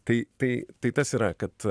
tai tai tai tas yra kad